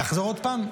לחזור עוד פעם?